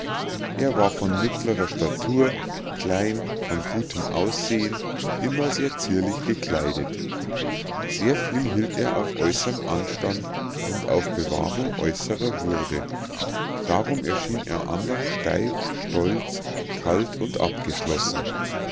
er war von mittler statur klein von gutem aussehen immer sehr zierlich gekleidet sehr viel hielt er auf äußern anstand und auf bewahrung äußerer würde darum erschien er andern steif stolz kalt und abgeschlossen